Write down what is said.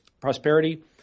prosperity